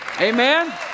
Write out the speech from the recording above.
Amen